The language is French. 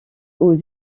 aux